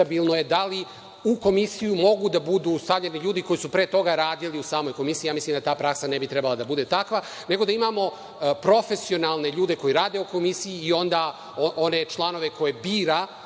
je da li u Komisiju mogu da budu stavljeni ljudi koji su pre toga radili u samoj komisiji. Ja mislim da ta praksa ne bi trebala da bude takva, nego da imamo profesionalne ljude koji rade u Komisiji i one članove koje bira